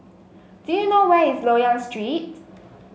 do you know where is Loyang Street